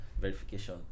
verification